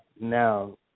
now